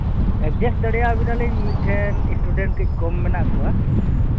adjust ᱫᱟᱲᱮᱭᱟᱵᱤᱱᱟ ᱞᱤᱧ ᱢᱤᱫ ᱴᱷᱮᱱ ᱤᱥᱴᱩᱰᱮᱴ ᱠᱟᱹᱡ ᱠᱚᱢ ᱢᱮᱱᱟᱜ ᱠᱚᱣᱟ